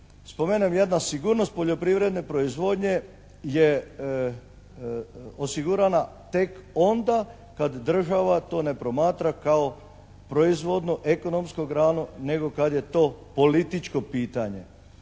spomenem, jedna sigurnost poljoprivredne proizvodnje je osigurana tek onda kad država to ne promatra kao proizvodno, ekonomsku granu nego kad je to političko pitanje.